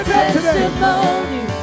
testimony